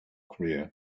career